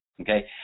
okay